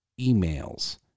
emails